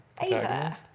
Ava